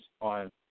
on